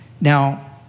Now